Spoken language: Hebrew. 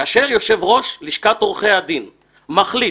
כאשר יושב-ראש לשכת עורכי הדין מחליט: